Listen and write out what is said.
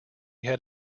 had